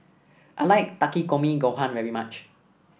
I like Takikomi Gohan very much